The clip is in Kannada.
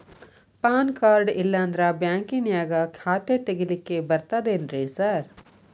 ಪಾನ್ ಕಾರ್ಡ್ ಇಲ್ಲಂದ್ರ ಬ್ಯಾಂಕಿನ್ಯಾಗ ಖಾತೆ ತೆಗೆಲಿಕ್ಕಿ ಬರ್ತಾದೇನ್ರಿ ಸಾರ್?